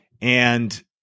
And-